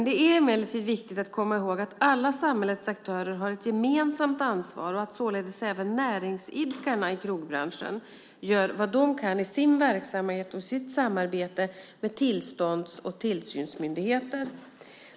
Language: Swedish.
Det är emellertid viktigt att komma ihåg att alla samhällets aktörer har ett gemensamt ansvar och att således även näringsidkarna i krogbranschen gör vad de kan i sin verksamhet och i sitt samarbete med tillstånds och tillsynsmyndigheter.